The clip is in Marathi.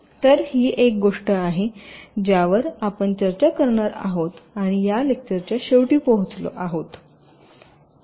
तर ही एक गोष्ट आहे ज्यावर आपण चर्चा करणार आहोत आणि या लेक्चरच्या शेवटी पोहोचलो आहोत